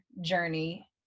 journey